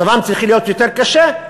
מצבם צריך להיות יותר קשה?